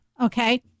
Okay